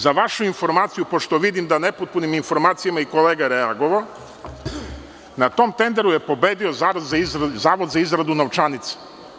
Za vašu informaciju, pošto vidim da je nepotpunim informacijama reagovao i kolega, na tom tenderu je pobedio Zavod za izradu novčanica.